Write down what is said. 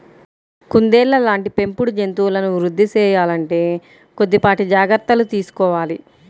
కుందేళ్ళ లాంటి పెంపుడు జంతువులను వృద్ధి సేయాలంటే కొద్దిపాటి జాగర్తలు తీసుకోవాలి